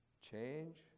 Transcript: Change